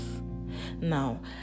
Now